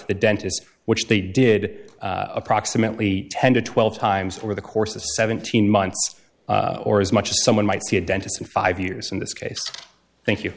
to the dentist which they did approximately ten to twelve times over the course of seventeen months or as much as someone might see a dentist in five years in this case thank you